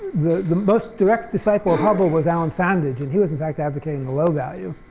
the the most direct disciple of hubble was allan sandage, and he was, in fact, abdicating the low value.